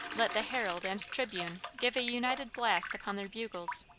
let the herald and tribune give a united blast upon their bugles,